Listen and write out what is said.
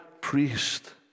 priest